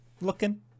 looking